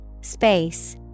Space